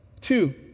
Two